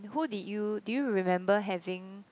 who did you do you remember having